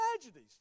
tragedies